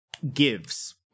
gives